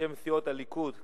בשם סיעות הליכוד,